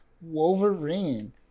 Wolverine